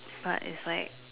but it's like